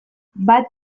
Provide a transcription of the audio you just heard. bat